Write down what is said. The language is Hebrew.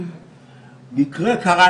מקרה קרה